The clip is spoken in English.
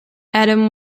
adam